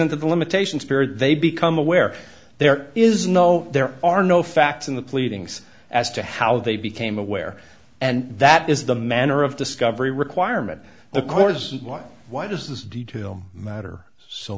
into the limitations period they become aware there is no there are no facts in the pleadings as to how they became aware and that is the manner of discovery requirement of course and why why does this detail matter so